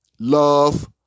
Love